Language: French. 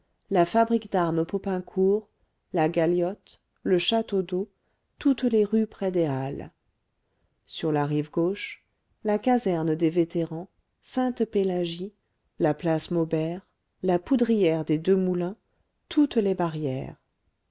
la fabrique d'armes popincourt la galiote le château-d'eau toutes les rues près des halles sur la rive gauche la caserne des vétérans sainte-pélagie la place maubert la poudrière des deux moulins toutes les barrières